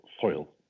soil